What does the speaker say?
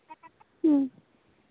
ᱦᱮᱸ